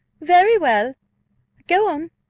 very well go on.